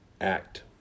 act